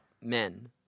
men